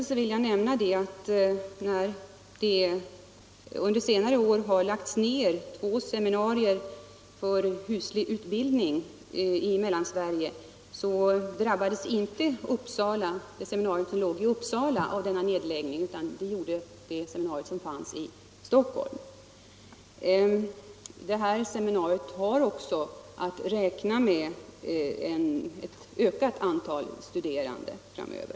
Så t.ex. har under senare år ett seminarium för huslig utbildning i Mellansverige lagts ned, men då drabbades inte det seminarium som ligger i Uppsala — det var det seminarium som fanns i Stockholm som berördes. Seminariet i Uppsala har också att räkna med ett ökat antal studerande framöver.